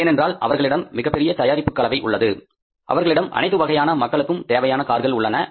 ஏனென்றால் அவர்களிடம் மிகப்பெரிய தயாரிப்பு கலவை உள்ளது அவர்களிடம் அனைத்து வகையான மக்களுக்கும் தேவையான கார்கள் உள்ளன